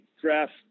draft